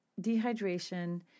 dehydration